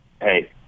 Hey